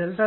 nh కు సమానం